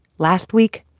last week,